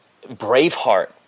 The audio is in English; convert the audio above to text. Braveheart